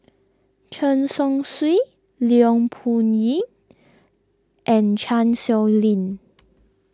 Chen Chong Swee Leong and Chan Sow Lin